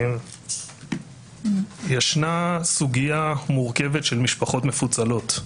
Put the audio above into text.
יש סוגיה מורכבת של משפחות מפוצלות.